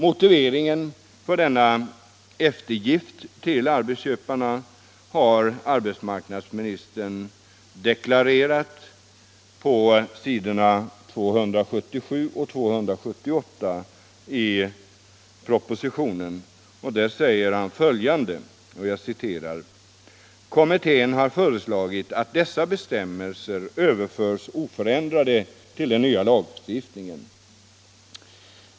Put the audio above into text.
Motiveringen för denna eftergift till arbetsköparna har arbetsmarknadsministern deklarerat på s. 277-278 i propositionen. Där säger han följande: ”Kommittén har föreslagit att dessa bestämmelser överförs oförändrade till den nya lagstiftningen.